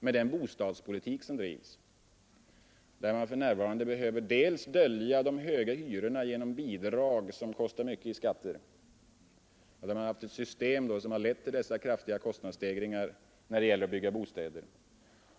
Man behöver för närvarande dölja de höga hyrorna genom bidrag som kostar mycket i skatter.